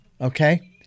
okay